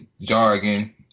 jargon